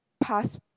pass